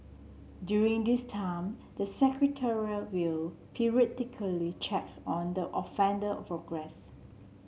during this time the Secretariat will periodically check on the offender progress